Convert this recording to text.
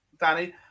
Danny